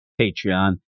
Patreon